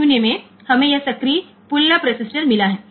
0 હોય છે અને આપણને આ એક્ટિવ પુલઅપ રેઝિસ્ટન્સ મળ્યો છે